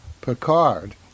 Picard